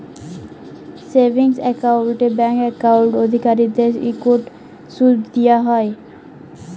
savings একাউল্টে bank account অধিকারীদেরকে ইকট সুদ দিয়া হ্যয়